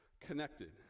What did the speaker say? connected